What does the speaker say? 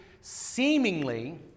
seemingly